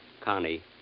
Connie